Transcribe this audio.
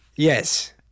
Yes